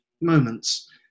moments